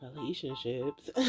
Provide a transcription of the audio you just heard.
relationships